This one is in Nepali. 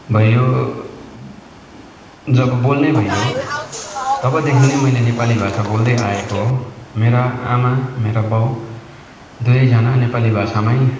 भइयो जब बोल्ने भइयो तबदेखि नै मैले नेपाली भाषा बोल्दैआएको हो मेरा आमा मेरा बाउ दुवैजना नेपाली भाषामै